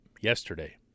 yesterday